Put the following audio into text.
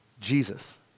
Jesus